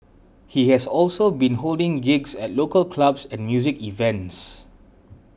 he has also been holding gigs at local clubs and music events